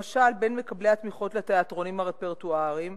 למשל, בין מקבלי התמיכות לתיאטרונים הרפרטואריים